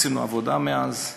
עשינו עבודה מאז.